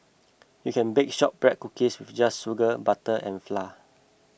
you can bake Shortbread Cookies with just sugar butter and fly